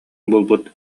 булбут